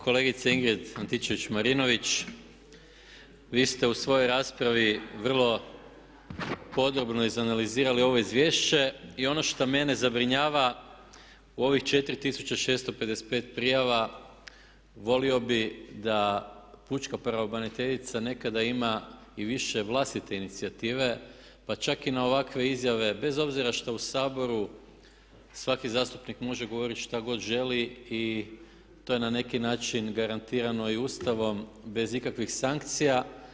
Kolegice Ingrid Antičević Marinović, vi ste u svojoj raspravi vrlo podobno izanalizirali ovo izvješće i ono što mene zabrinjava u ovih 4655 prijava volio bih da pučka pravobraniteljica nekada ima i više vlastite inicijative pa čak i na ovakve izjave bez obzira što u Saboru svaki zastupnik može govoriti što god želi i to je na neki način garantirano i Ustavom bez ikakvih sankcija.